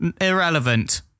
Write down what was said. Irrelevant